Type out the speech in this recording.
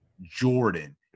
Jordan